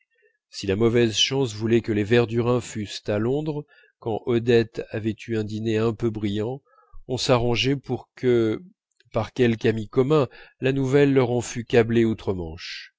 si la mauvaise chance voulait que les verdurin fussent à londres quand odette avait eu un dîner un peu brillant on s'arrangeait pour que par quelque ami commun la nouvelle leur en fût câblée outre manche